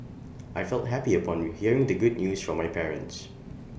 I felt happy upon you hearing the good news from my parents